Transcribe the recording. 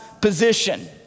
position